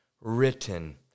written